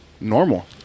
normal